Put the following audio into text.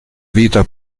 vita